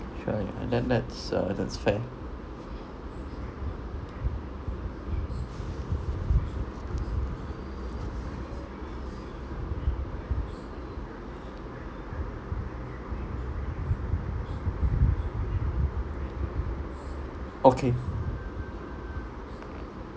sure and that that's uh that's fair okay